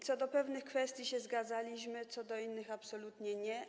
Co do pewnych kwestii się zgadzaliśmy, co do innych absolutnie nie.